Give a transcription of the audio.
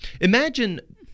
imagine